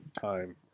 time